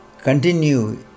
continue